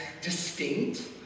distinct